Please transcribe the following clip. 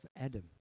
Adam